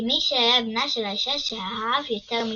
כמי שהיה בנה של האישה שאהב יותר מכול.